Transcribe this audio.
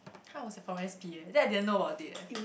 !huh! I also was from S_P eh then I didn't know about it eh